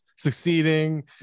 Succeeding